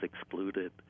excluded